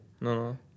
no